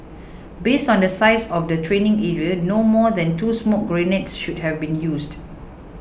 based on the size of the training area no more than two smoke grenades should have been used